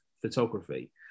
photography